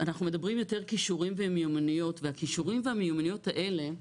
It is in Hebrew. אנחנו מדברים יותר כישורים ומיומנויות והכישורים והמיומנויות האלה,